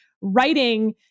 writing